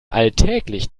alltäglich